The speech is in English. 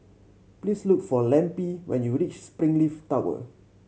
please look for Lempi when you reach Springleaf Tower